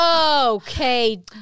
Okay